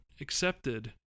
accepted